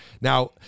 Now